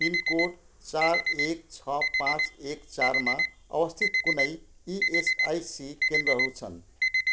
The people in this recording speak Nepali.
पिनकोड चार एक छ पाँच एक चारमा अवस्थित कुनै इएसआइसी केन्द्रहरू छन्